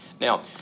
Now